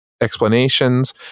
explanations